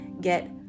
get